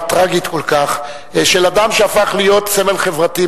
טרגית כל כך של אדם שהפך להיות סמל חברתי,